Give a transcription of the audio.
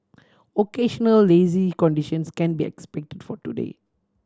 occasional lazy conditions can be expected for today